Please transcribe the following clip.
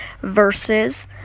versus